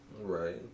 Right